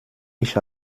ich